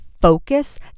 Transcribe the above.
focus